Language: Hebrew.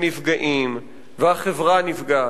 ונפגעים, והחברה נפגעת.